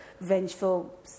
vengeful